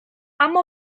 اما